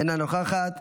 אינה נוכחת,